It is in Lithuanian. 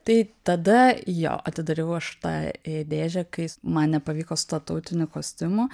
tai tada jo atidariau aš tą dėžę kai man nepavyko su tuo tautiniu kostiumu